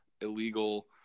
illegal